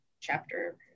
chapter